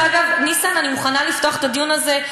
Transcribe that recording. דרך אגב, ניסן, אני מוכנה לפתוח את הדיון הזה.